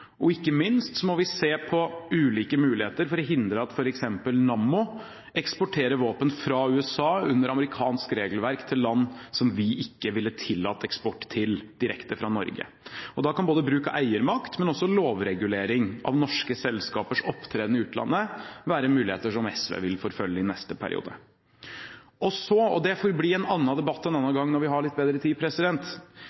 Og ikke minst må vi se på ulike muligheter for å hindre at f.eks. Nammo eksporterer våpen fra USA under amerikansk regelverk til land som vi ikke ville tillatt eksport til direkte fra Norge. Da kan bruk av eiermakt, men også lovregulering av norske selskapers opptreden i utlandet være muligheter som SV vil forfølge i neste periode. Så – selv om det får bli i en debatt